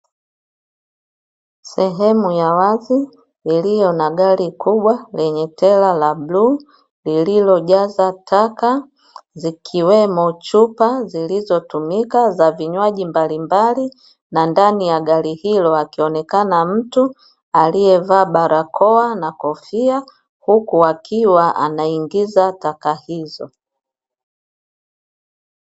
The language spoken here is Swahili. Sehemu ya wazi iliyo na gari kubwa lenye tela la bluu lililojaza taka, zikiwemo chupa zilizotumika za vinywaji mbalimbali, na ndani ya gari hilo akionekana mtu aliyevaa barakoa na kofia, huku akiwa anaingiza taka hizo.